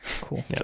cool